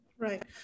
Right